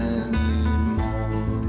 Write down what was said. anymore